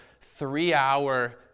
three-hour